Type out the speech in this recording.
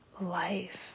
life